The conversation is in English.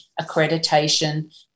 accreditation